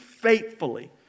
faithfully